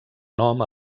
nom